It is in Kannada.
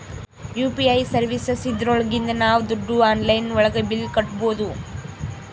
ಯು.ಪಿ.ಐ ಸರ್ವೀಸಸ್ ಇದ್ರೊಳಗಿಂದ ನಾವ್ ದುಡ್ಡು ಆನ್ಲೈನ್ ಒಳಗ ಬಿಲ್ ಕಟ್ಬೋದೂ